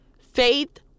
faith